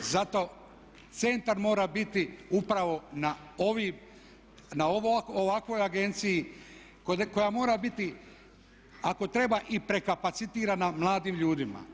Zato centar mora biti upravo na ovakvoj agenciji koja mora biti ako treba i prekapacitirana mladim ljudima.